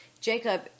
Jacob